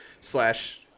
slash